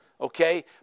Okay